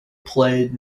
played